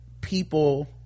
people